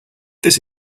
this